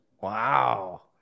Wow